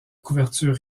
couverture